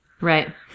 Right